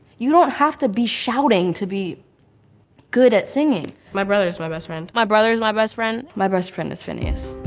you don't have to be shouting to be good at singing. my brother is my best friend. my brother is my best friend. my best friend is finneas,